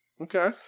Okay